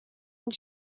that